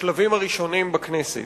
בשלבים הראשונים בכנסת.